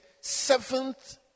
seventh